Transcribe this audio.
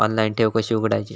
Online ठेव कशी उघडायची?